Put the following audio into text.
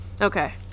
okay